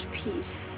peace